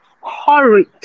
Horrid